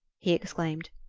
he exclaimed.